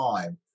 time